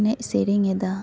ᱮᱱᱮᱡ ᱥᱮᱨᱮᱧ ᱮᱫᱟ